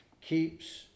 keeps